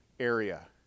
area